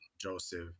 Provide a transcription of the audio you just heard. Joseph